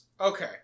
Okay